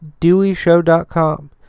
deweyshow.com